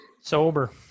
Sober